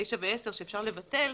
9 ו-10 שאפשר לבטל,